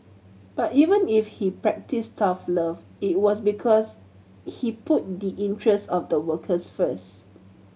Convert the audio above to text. but even if he practised tough love it was because he put the interest of the workers first